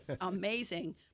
Amazing